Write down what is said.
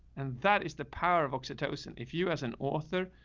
and that is the power of oxytocin. if you, as an author,